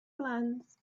glance